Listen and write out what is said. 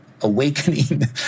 awakening